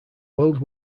world